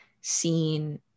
seen